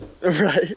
right